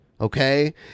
Okay